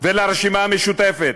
ולרשימה המשותפת.